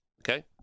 okay